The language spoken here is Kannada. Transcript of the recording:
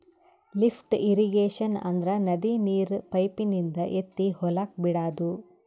ಲಿಫ್ಟ್ ಇರಿಗೇಶನ್ ಅಂದ್ರ ನದಿ ನೀರ್ ಪೈಪಿನಿಂದ ಎತ್ತಿ ಹೊಲಕ್ ಬಿಡಾದು